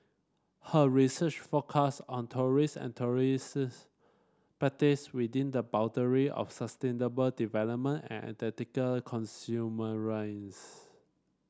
her research focus on tourist and tourists practice within the boundary of sustainable development and ethical consumerism